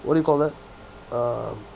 what do you call that um